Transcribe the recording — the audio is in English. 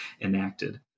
enacted